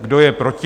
Kdo je proti?